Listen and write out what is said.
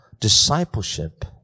Discipleship